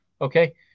Okay